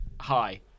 Hi